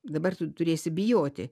dabar tu turėsi bijoti